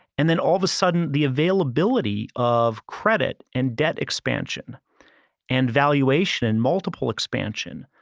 and then all of a sudden the availability of credit and debt expansion and valuation, and multiple expansion,